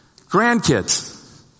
Grandkids